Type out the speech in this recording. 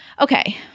okay